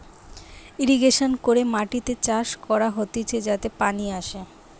irrigation করে মাটিতে চাষ করা হতিছে যাতে পানি আসে